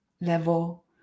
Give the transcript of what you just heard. level